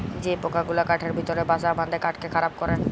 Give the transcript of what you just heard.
যে পকা গুলা কাঠের ভিতরে বাসা বাঁধে কাঠকে খারাপ ক্যরে